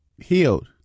healed